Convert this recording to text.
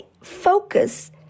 focus